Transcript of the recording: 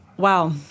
Wow